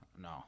No